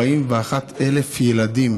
1,041,000 ילדים.